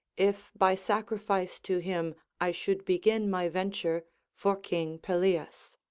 if by sacrifice to him i should begin my venture for king pelias.